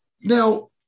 Now